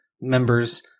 members